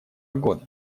года